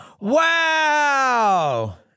wow